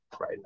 right